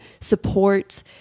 support